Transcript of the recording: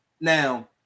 Now